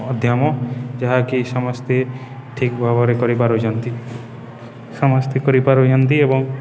ଅଧ୍ୟମ ଯାହାକି ସମସ୍ତେ ଠିକ୍ ଭାବରେ କରିପାରୁଛନ୍ତି ସମସ୍ତେ କରିପାରୁଛନ୍ତି ଏବଂ